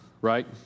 right